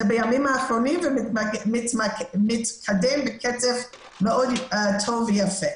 זה בימים האחרונים ומתקדם בקצב מאוד טוב ויפה.